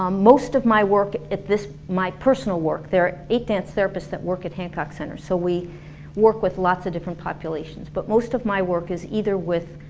um most of my work, at this my personal work there are eight dance therapists that work at hancock center so we work with lots of different populations, but most of my work is either with